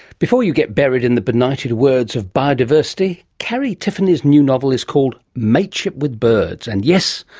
before you get buried in the beknighted words of biodiversity, carrie tiffany's new novel is called mateship with birds and yes,